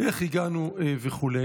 איך הגענו וכו'.